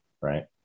Right